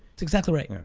it's exactly right. yeah